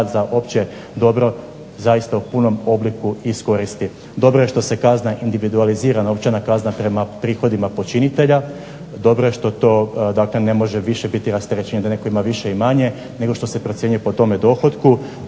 za opće dobro zaista u punom obliku iskoristi. Dobro je što se kazna individualizira, novčana kazna prema prihodima počinitelja, dobro je što to ne može više biti rasterećenje, da netko ima više ili manje, nego što se procjenjuje po tome dohotku,